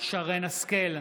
שרן מרים השכל,